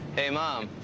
hey, mom.